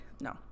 No